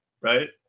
right